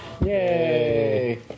Yay